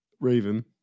Raven